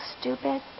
stupid